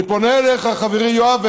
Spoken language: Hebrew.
אני פונה אליך, חברי יואב,